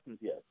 yes